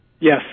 Yes